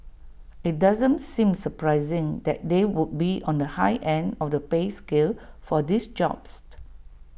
IT doesn't seem surprising that they would be on the high end of the pay scale for these jobs